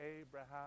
Abraham